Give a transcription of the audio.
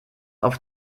auf